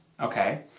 okay